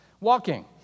walking